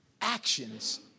Actions